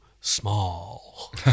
small